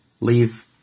leave